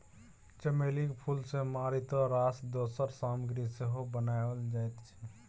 चमेलीक फूल सँ मारिते रास दोसर सामग्री सेहो बनाओल जाइत छै